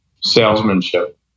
Salesmanship